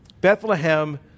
Bethlehem